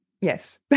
Yes